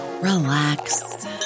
relax